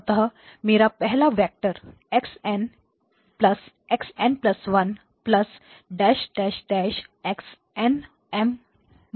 अतः मेरा पहला vector x n x n1 x n M −1 है